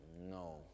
No